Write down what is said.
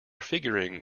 figuring